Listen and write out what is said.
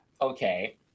okay